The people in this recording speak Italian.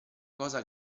cosa